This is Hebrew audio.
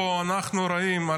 פה אנחנו רואים,